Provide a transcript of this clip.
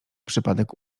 przypadek